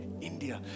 India